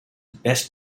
best